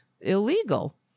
illegal